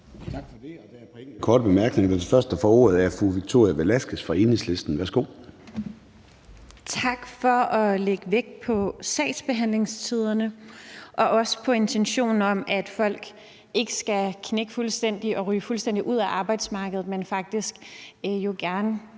par enkelte korte bemærkninger. Den første, der får ordet, er fru Victoria Velasquez fra Enhedslisten. Værsgo. Kl. 13:08 Victoria Velasquez (EL): Tak for at lægge vægt på sagsbehandlingstiderne og også på intentionen om, at folk ikke skal knække fuldstændig og ryge fuldstændig ud af arbejdsmarkedet, men at vi gerne